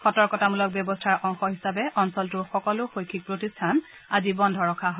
সতৰ্কতামূলক ব্যৱস্থাৰ অংশ হিচাপে অঞ্চলটোৰ সকলো শৈক্ষিক প্ৰতিষ্ঠান আজি বন্ধ ৰখা হয়